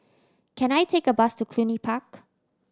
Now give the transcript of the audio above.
can I take a bus to Cluny Park